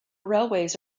railways